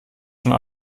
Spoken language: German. schon